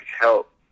help